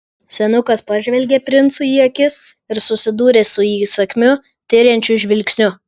senukas pažvelgė princui į akis ir susidūrė su įsakmiu tiriančiu žvilgsniu